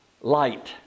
light